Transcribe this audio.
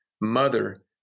mother